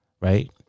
right